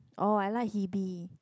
oh I like Hebe